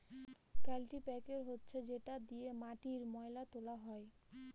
কাল্টিপ্যাকের হচ্ছে যেটা দিয়ে মাটির ময়লা তোলা হয়